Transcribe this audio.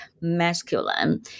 masculine